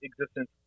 existence